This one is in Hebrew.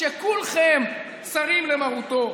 שכולכם סרים למרותו,